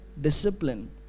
discipline